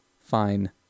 fine